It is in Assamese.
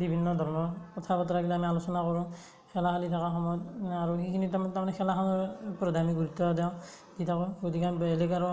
বিভিন্ন ধৰণৰ কথা বতৰাবিলাক আমি আলোচনা কৰোঁ খেলা খেলি থকাৰ সময়ত আৰু সেইখিনি টাইমত তাৰ মানে খেলাখনৰ ওপৰতহে আমি গুৰুত্ব দিওঁ দি থাকোঁ গতিকে বেলেগ আৰু